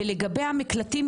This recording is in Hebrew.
לגבי המקלטים,